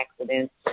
accidents